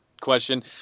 question